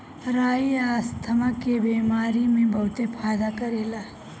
राई asthma के बेमारी में बहुते फायदा करेला